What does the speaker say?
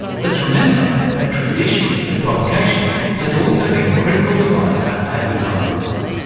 let's remember that traditionally the provocation has also been a critical device for advertisers.